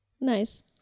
nice